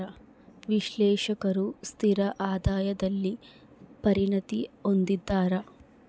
ವಿಶ್ಲೇಷಕರು ಸ್ಥಿರ ಆದಾಯದಲ್ಲಿ ಪರಿಣತಿ ಹೊಂದಿದ್ದಾರ